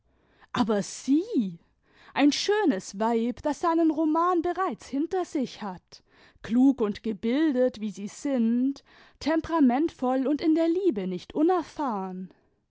aber siel ein schönes weib das seinen roman bereits hinter sich hat klug und gebildet wie sie sind temperamentvoll und in der liebe nicht unerfahren